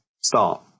start